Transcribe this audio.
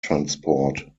transport